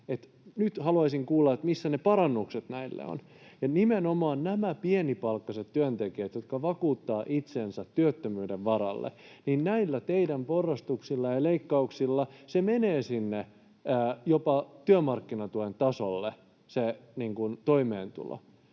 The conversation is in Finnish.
Nyt haluaisin kuulla, missä ne parannukset näille ovat. Ja nimenomaan näillä pienipalkkaisilla työntekijöillä, jotka vakuuttavat itsensä työttömyyden varalle, teidän porrastuksillanne ja leikkauksillanne se toimeentulo menee jopa sinne työmarkkinatuen tasolle. Sehän